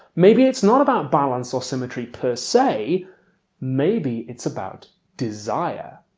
maybe it's not about balance or symmetry per say maybe it's about desire.